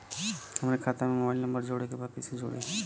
हमारे खाता मे मोबाइल नम्बर जोड़े के बा कैसे जुड़ी?